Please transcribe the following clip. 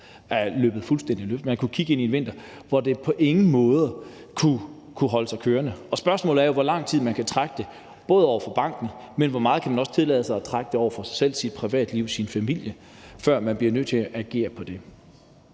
er løbet fuldstændig løbsk. Man kunne kigge ind i en vinter, hvor det på ingen måde kunne holdes kørende. Spørgsmålet er jo ikke bare, hvor lang tid man kan trække den over for banken, men også, hvor meget man kan tillade sig at trække den over for sig selv, sit privatliv, sin familie, før man bliver nødt til at agere på det.